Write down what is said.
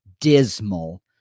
dismal